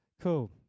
cool